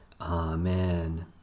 Amen